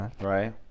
right